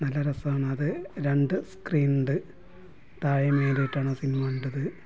നല്ല രസമാണ് അത് രണ്ട് സ്ക്രീന് ഉണ്ട് താഴെയും മേലെയായിട്ടാണ് സിനിമ കണ്ടത്